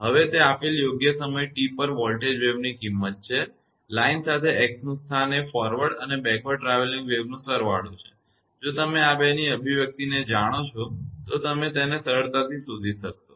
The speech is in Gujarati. હવે તે આપેલ સમય t પર વોલ્ટેજ વેવની કિંમત છે અને લાઇન સાથે x નું સ્થાન એ ફોરવર્ડ અને બેકવર્ડ ટ્રાવેલીંગ વેવ નો સરવાળો છે જો તમે આ 2 ની આ અભિવ્યક્તિને જાણો છો તો તમે તેને સરળતાથી શોધી શકશો